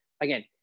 again